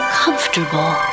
comfortable